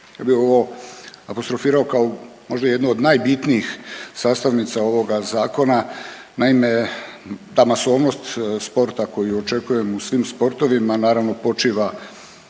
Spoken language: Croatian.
Ja bih ovo apostrofirao kao možda jednu od najbitnijih sastavnica ovoga zakona. Naime, ta masovnost sporta koju očekujem u svim sportovima naravno počiva